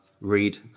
read